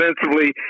offensively